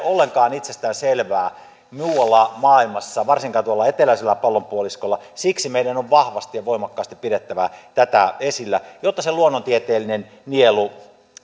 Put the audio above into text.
ollenkaan itsestäänselvää muualla maailmassa varsinkaan tuolla eteläisellä pallonpuoliskolla siksi meidän on vahvasti ja voimakkaasti pidettävä tätä esillä jotta se luonnontieteellinen nielu